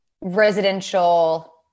residential